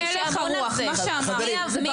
זה הלך הרוח, מה שאמרת, זה ברור.